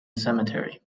cemetery